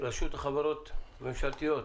רשות החברות הממשלתיות,